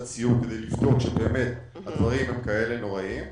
סיור כדי לבדוק שבאמת הדברים הם כאלה נוראיים,